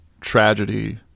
tragedy